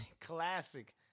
classic